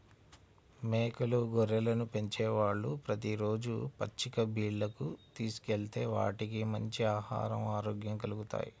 మేకలు, గొర్రెలను పెంచేవాళ్ళు ప్రతి రోజూ పచ్చిక బీల్లకు తీసుకెళ్తే వాటికి మంచి ఆహరం, ఆరోగ్యం కల్గుతాయి